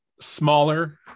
smaller